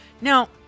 Now